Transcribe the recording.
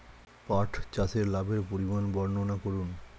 পাঠ চাষের লাভের পরিমান বর্ননা করুন?